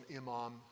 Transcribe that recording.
imam